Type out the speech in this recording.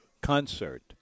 concert